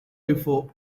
before